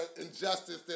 injustice